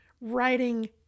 writing